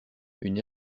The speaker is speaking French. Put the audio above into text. une